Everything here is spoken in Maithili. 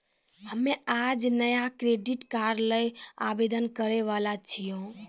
हम्मे आज नया क्रेडिट कार्ड ल आवेदन करै वाला छियौन